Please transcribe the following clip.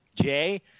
Jay